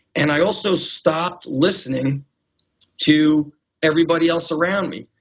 and i also stopped listening to everybody else around me.